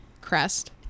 crest